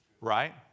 right